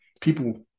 people